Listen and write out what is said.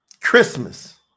Christmas